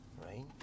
Right